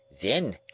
Then